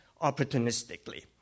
opportunistically